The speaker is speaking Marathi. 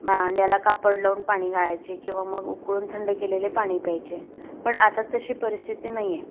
भांड्याला कापड लावून पाणी गाळायची किंवा मग उकळून थंड केलेले पाणी प्यायचे पण आता तशी परिस्थिती नाही आहे